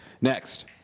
Next